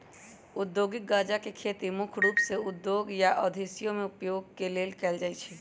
औद्योगिक गञ्जा के खेती मुख्य रूप से उद्योगों या औषधियों में उपयोग के लेल कएल जाइ छइ